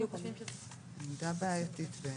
זו עמדה בעייתית בעיניי.